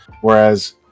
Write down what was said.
whereas